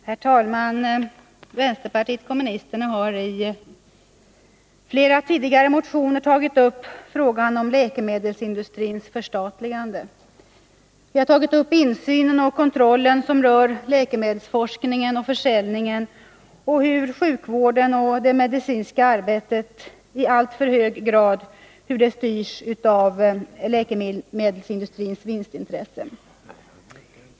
Herr talman! Vänsterpartiet kommunisterna har i flera tidigare motioner tagit upp frågan om läkemedelsindustrins förstatligande. Vi har tagit upp frågorna om insynen och kontrollen som rör läkemedelsforskningen och försäljningen och hur sjukvården och det medicinska arbetet i alltför hög grad styrs av läkemedelsindustrins vinstintressen.